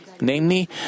Namely